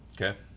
Okay